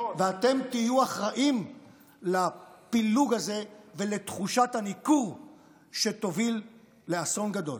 ואתם תהיו אחראים לפילוג הזה ולתחושת הניכור שתוביל לאסון גדול.